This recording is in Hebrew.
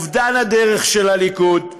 את אובדן הדרך של הליכוד.